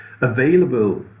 available